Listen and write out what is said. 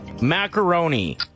macaroni